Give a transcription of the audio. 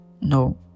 no